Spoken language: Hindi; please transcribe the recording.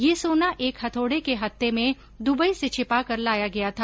यह सोना एक हथोड़े के हत्थे में दुबई से छिपाकर लाया गया था